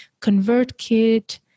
ConvertKit